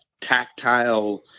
tactile